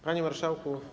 Panie Marszałku!